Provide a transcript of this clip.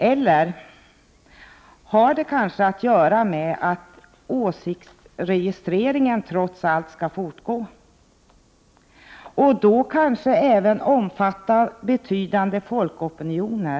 Eller har det kanske att göra med att åsiktsregistreringen trots allt skall fortgå, och då kanske även omfatta betydande folkopinioner?